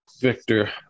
Victor